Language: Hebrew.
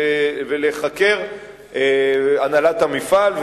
החלו לחקור את הנהלת המפעל,